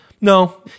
no